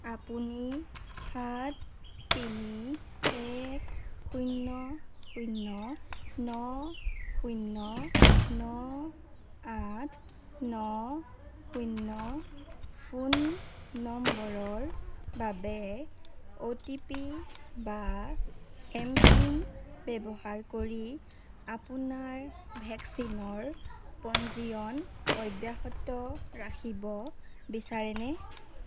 আপুনি সাত তিনি এক শূণ্য শূণ্য ন শূণ্য ন আঠ ন শূণ্য ফোন নম্বৰৰ বাবে অ'টিপি বা এম পিন ব্যৱহাৰ কৰি আপোনাৰ ভেকচিনৰ পঞ্জীয়ন অব্যাহত ৰাখিব বিচাৰেনে